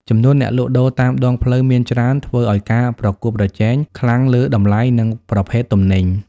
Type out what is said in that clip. ចំនួនអ្នកលក់ដូរតាមដងផ្លូវមានច្រើន ធ្វើឱ្យមានការប្រកួតប្រជែងខ្លាំងលើតម្លៃ និងប្រភេទទំនិញ ។